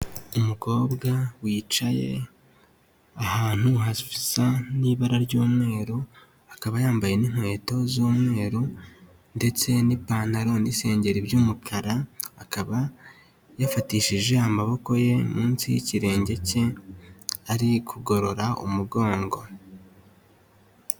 Umukobwa wicaye ahantu hasa n'ibara ry'umweru, akaba yambaye n'inkweto z'umweru ndetse n'ipantaro n'isengeri by'umukara, akaba yafatishije amaboko ye munsi y'ikirenge cye, ari kugorora umugongo.